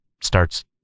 starts